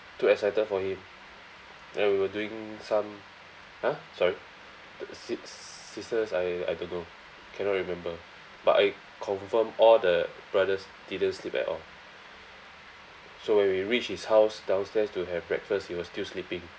too excited for him and we were doing some !huh! sorry sis~ sisters I don't know cannot remember but I confirm all the brothers didn't sleep at all so when we reach his house downstairs to have breakfast he was still sleeping